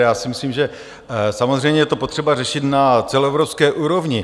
Já si myslím, že samozřejmě je to potřeba řešit na celoevropské úrovni.